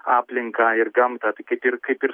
aplinką ir gamtą tai kaip ir kaip ir